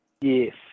Yes